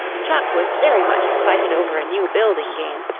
chuck was very much excited over a new building game,